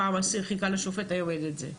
פעם אסיר חיכה לשופט, היום אין את זה.